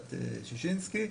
ועדת שישינסקי.